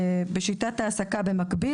שיטת העסקה במקביל,